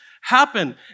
happen